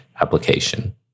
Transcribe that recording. application